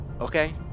Okay